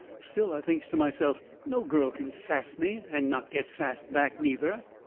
still, i thinks to myself, no girl can sass me and not get sassed back, neither.